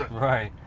right.